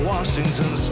Washington